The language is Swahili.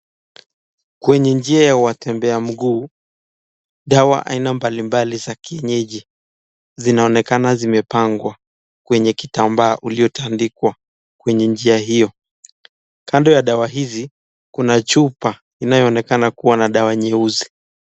Kwenye njia ya watembea mguu, dawa aina mbalimbali za kienyeji zinaonekana zimepangwa kwenye kitambaa uliotandikwa kwenye njia hio, kando ya dawa hizi kuna chupa inayoonekana kuwa na dawa nyeusi.